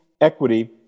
equity